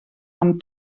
amb